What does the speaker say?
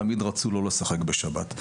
תמיד רצו לא לשחק בשבת,